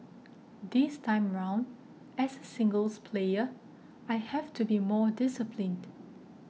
this time round as a singles player I have to be more disciplined